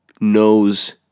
knows